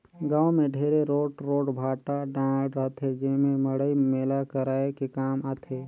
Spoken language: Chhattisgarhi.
गाँव मे ढेरे रोट रोट भाठा डाँड़ रहथे जेम्हे मड़ई मेला कराये के काम आथे